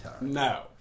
No